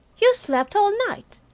you slept all night.